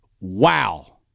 Wow